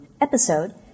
episode